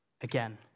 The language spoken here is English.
again